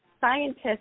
Scientists